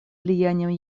влиянием